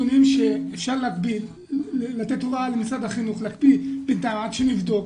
אפשר לתת הוראה למשרד החינוך להקפיא בינתיים עד שנבדוק,